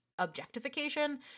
objectification